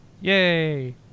Yay